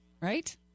right